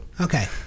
Okay